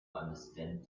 understand